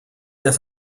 der